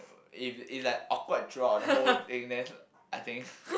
if it's like awkward throughout the whole thing then I think